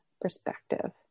perspective